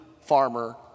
farmer